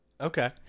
Okay